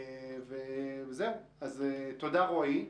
תודה, רועי.